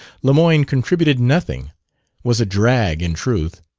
lemoyne contributed nothing was a drag, in truth.